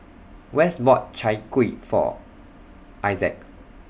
Wes bought Chai Kuih For Isaac